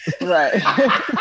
right